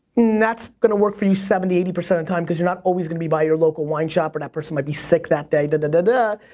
that's gonna work for you seventy, eighty percent of time cause you're not always gonna be by your local wine shop or that person might be sick that day, duh and duh